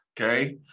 okay